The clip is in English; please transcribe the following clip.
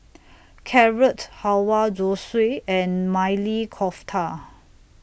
Carrot Halwa Zosui and Maili Kofta